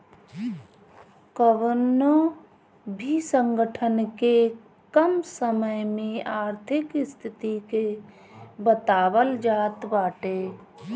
कवनो भी संगठन के कम समय में आर्थिक स्थिति के बतावल जात बाटे